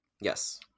Yes